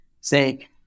say